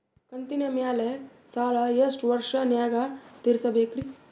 ಕಂತಿನ ಮ್ಯಾಲ ಸಾಲಾ ಎಷ್ಟ ವರ್ಷ ನ್ಯಾಗ ತೀರಸ ಬೇಕ್ರಿ?